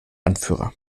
anführer